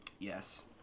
Yes